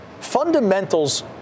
Fundamentals